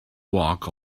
walk